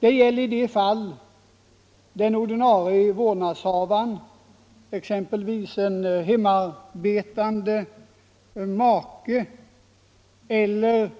Det gäller de fall då den ordinarie vårdnadshavaren, exempelvis en hemmaarbetande make eller